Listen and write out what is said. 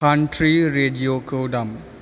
कान्त्री रेदिय'खौ दाम